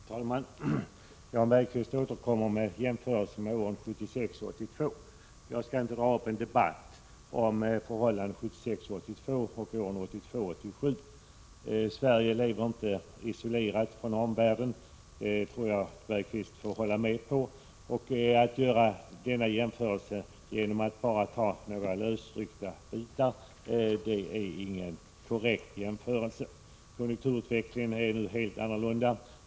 Herr talman! Jan Bergqvist återkommer med en jämförelse med åren 1976—1982. Jag skall inte dra upp en debatt om förhållandena 1976—1982 kontra 1982—1987. Jan Bergqvist måste hålla med om att Sverige inte lever isolerat från omvärlden, och det är inte korrekt att göra jämförelser enbart på grundval av några lösryckta fakta. Konjunkturutvecklingen är nu helt annorlunda.